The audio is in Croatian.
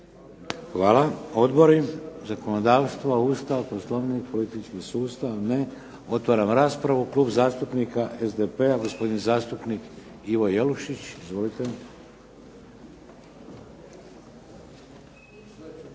Hvala. Odbori? Zakonodavstvo, Ustav, Poslovnik, politički sustav? Ne. Otvaram raspravu. Klub zastupnika SDP-a gospodin zastupnik Ivo Jelušić. Izvolite.